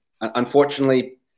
unfortunately